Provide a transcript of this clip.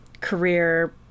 career